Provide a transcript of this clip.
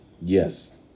yes